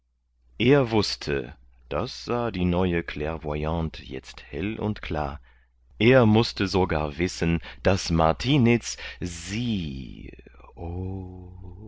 er wußte das sah die neue clairvoyante jetzt hell und klar er mußte sogar wissen daß martiniz sie o